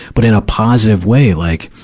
but in a positive way. like,